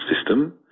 system